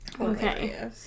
Okay